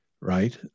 right